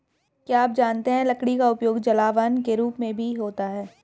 क्या आप जानते है लकड़ी का उपयोग जलावन के रूप में भी होता है?